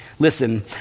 Listen